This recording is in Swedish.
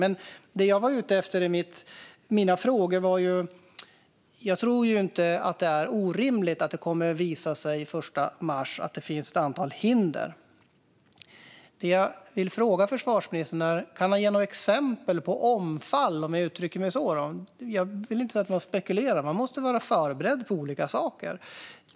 Men jag tror inte att det är orimligt att det den 1 mars kommer att visa sig att det finns ett antal hinder. Det jag vill fråga försvarsministern är om han kan ge exempel på omfall, om jag uttrycker mig så. Jag vill inte säga att man ska spekulera. Man måste vara förberedd på olika saker.